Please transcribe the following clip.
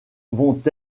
vont